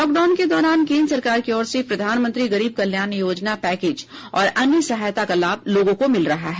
lockdown के दौरान केन्द्र सरकार की ओर से प्रधानमंत्री गरीब कल्याण योजना पैकेज और अन्य सहायता का लाभ लोगों को मिल रहा है